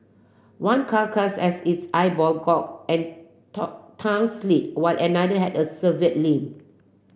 one carcass has its eyeball gorge and tongue slit while another had a severe limb